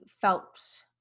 felt